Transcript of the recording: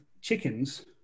chickens